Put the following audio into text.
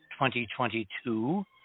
2022